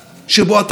לא להרוס,